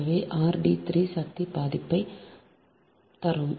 எனவே r d 3 சக்தி பாதிக்கு தரும்